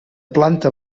planta